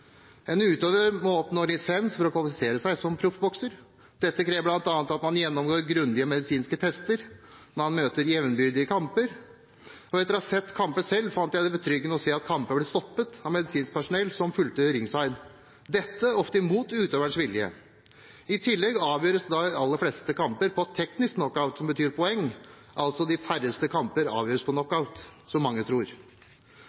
En utøver må oppnå lisens for å kvalifisere seg som proffbokser. Dette krever bl.a. at man gjennomgår grundige medisinske tester, og at man møter jevnbyrdige i kamper. Og etter å ha sett kamper selv, fant jeg det betryggende å se at kamper ble stoppet av medisinsk personell som fulgte ringside, dette ofte mot utøverens vilje. I tillegg avgjøres de aller fleste kamper på teknisk knockout, som betyr poeng. De færreste kamper avgjøres